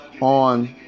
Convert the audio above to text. on